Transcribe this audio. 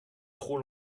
trop